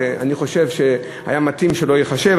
אני חושב שהיה מתאים שלא יחושב,